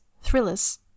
thrillers